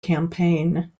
campaign